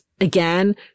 again